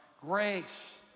Grace